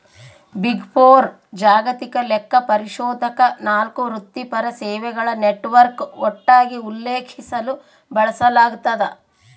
big four ಜಾಗತಿಕ ಲೆಕ್ಕಪರಿಶೋಧಕ ನಾಲ್ಕು ವೃತ್ತಿಪರ ಸೇವೆಗಳ ನೆಟ್ವರ್ಕ್ ಒಟ್ಟಾಗಿ ಉಲ್ಲೇಖಿಸಲು ಬಳಸಲಾಗ್ತದ